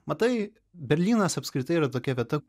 matai berlynas apskritai yra tokia vieta